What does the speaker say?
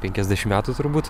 penkiasdešimt metų turbūt